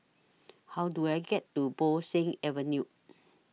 How Do I get to Bo Seng Avenue